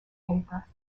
paper